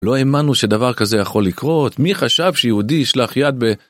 לא האמנו שדבר כזה יכול לקרות, מי חשב שיהודי ישלח יד ב...